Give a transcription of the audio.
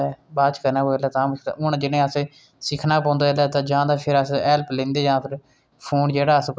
असें कदें बी कुसै चीज़ गी कदें तुच्छ निं समझना चाहिदा क्योंकि एह् सारें कोला बड्डा समें ऐ